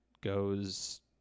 goes